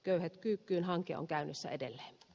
köyhät kyykkyyn hanke on käynnissä edelleen